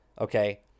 okay